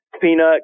peanut